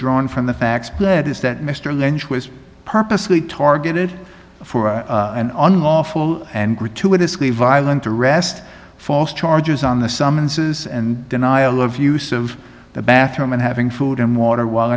drawn from the facts that is that mr lynch was purposely targeted for an unlawful and gratuitously violent arrest false charges on the summonses and denial of use of the bathroom and having food and water while